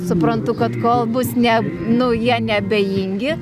suprantu kad kol bus ne nu jie neabejingi